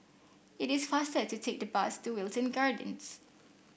it is faster to take the bus to Wilton Gardens